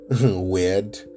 weird